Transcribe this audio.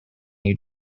you